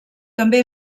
també